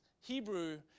Hebrew